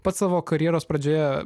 pats savo karjeros pradžioje